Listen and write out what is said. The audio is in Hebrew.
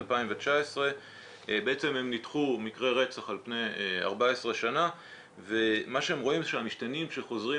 2019. הם ניתחו מקרי רצח על פני 14 שנה ומה שהם רואים זה שהמשתנים שחוזרים